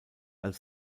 als